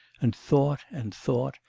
and thought and thought,